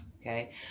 Okay